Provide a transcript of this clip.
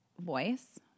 voice